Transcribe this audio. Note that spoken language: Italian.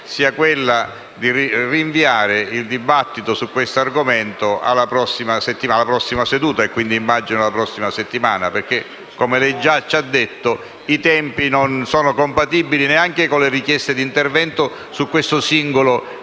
sia rinviare il dibattito su questo argomento alla prossima seduta, quindi immagino alla prossima settimana, perché, come lei ha già detto, i tempi non sono compatibili neanche con le richieste di intervento su questo singolo emendamento.